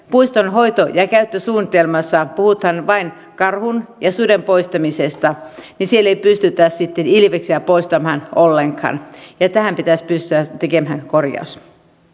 puiston hoito ja käyttösuunnitelmassa puhutaan vain karhun ja suden poistamisesta niin siellä ei pystytä sitten ilveksiä poistamaan ollenkaan ja tähän pitäisi pystyä tekemään korjaus